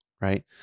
Right